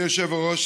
אדוני היושב-ראש,